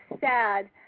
sad